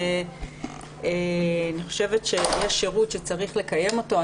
שאני חושבת שיש שירות שצריך לקיים אותו.